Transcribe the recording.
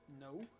No